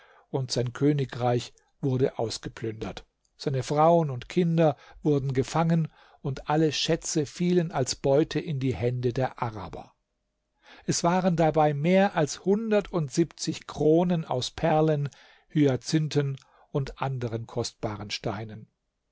und sein königreich wurde ausgeplündert seine frauen und kinder wurden gefangen und alle schätze fielen als beute in die hände der araber es waren dabei mehr als hundertundsiebzig kronen aus perlen hyazinthen und anderen kostbaren steinen